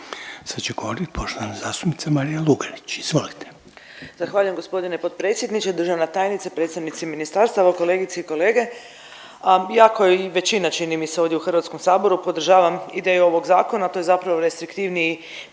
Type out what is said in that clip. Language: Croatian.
Sad će govoriti poštovana zastupnica Marija Lugarić. Izvolite. **Lugarić, Marija (SDP)** Zahvaljujem gospodine potpredsjedniče. Državna tajnice, predstavnici ministarstva, evo kolegice i kolege ja kao i većina čini mi ovdje u Hrvatskom saboru podržavam ideju ovog zakona, a to je zapravo da se ukine